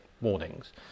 warnings